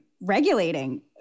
regulating